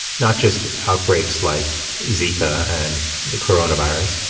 not just outbreaks like zika, and the coronavirus,